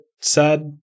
sad